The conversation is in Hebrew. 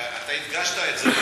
אתה הדגשת את זה.